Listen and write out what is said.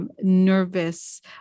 nervous